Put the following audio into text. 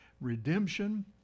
redemption